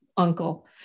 uncle